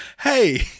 hey